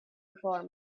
before